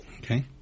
Okay